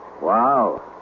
Wow